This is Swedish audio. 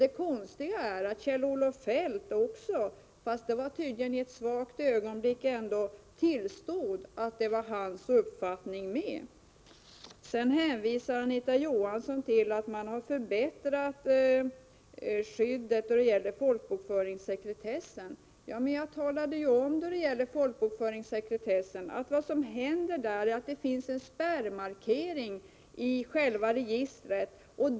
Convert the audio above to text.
Det konstiga är att Kjell-Olof Feldt också — fastän det tydligen var i ett svagt ögonblick — tillstod att detta också var hans uppfattning. Sedan hänvisar Anita Johansson till att man har förbättrat skyddet då det gäller folkbokföringssekretessen. Ja, men jag talade ju om att vad som händer där är att det finns en spärrmarkering i själva registret.